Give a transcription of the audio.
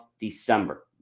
December